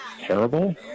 terrible